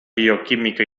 bioquímica